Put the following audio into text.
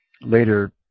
Later